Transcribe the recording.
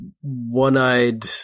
one-eyed